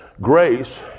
Grace